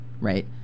Right